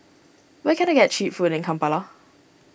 where can I get Cheap Food in Kampala